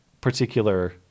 particular